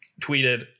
tweeted